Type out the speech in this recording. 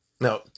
Now